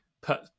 put